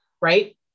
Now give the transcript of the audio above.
right